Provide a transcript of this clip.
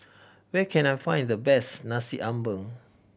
where can I find the best Nasi Ambeng